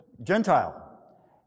Gentile